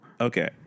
Okay